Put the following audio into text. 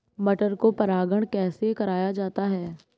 मटर को परागण कैसे कराया जाता है?